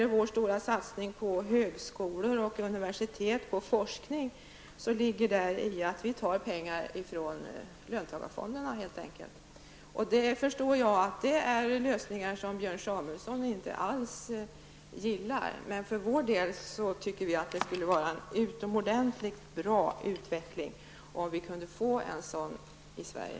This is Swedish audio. Vår stora satsning på högskolor, universitet och forskning kan genomföras genom att vi helt enkelt tar pengar från löntagarfonderna. Jag förstår att detta är lösningar som Björn Samuelson inte alls gillar, men för vår del menar vi att det skulle vara utomordentligt bra om vi kunde få en sådan utveckling i Sverige.